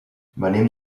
venim